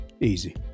Easy